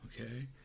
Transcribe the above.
okay